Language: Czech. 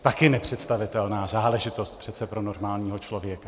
Také nepředstavitelná záležitost přece pro normálního člověka.